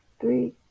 Three